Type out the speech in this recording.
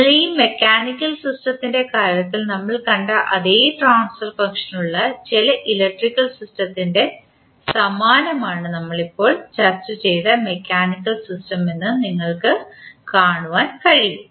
അതിനാൽ ഈ മെക്കാനിക്കൽ സിസ്റ്റത്തിൻറെ കാര്യത്തിൽ നമ്മൾ കണ്ട അതേ ട്രാൻസ്ഫർ ഫംഗ്ഷൻ ഉള്ള ചില ഇലക്ട്രിക്കൽ സിസ്റ്റത്തിന് സമാനമാണ് നമ്മൾ ഇപ്പോൾ ചർച്ച ചെയ്ത മെക്കാനിക്കൽ സിസ്റ്റം എന്ന് നിങ്ങൾക്ക് പറയാൻ കഴിയും